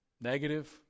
negative